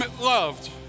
loved